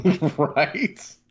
Right